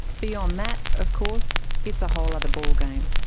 beyond that, of course, it's a whole other ball game.